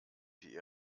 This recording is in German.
die